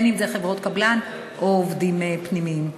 בין שזה חברות קבלן או עובדים פנימיים.